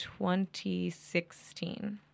2016